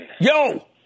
Yo